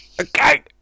okay